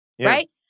right